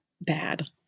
bad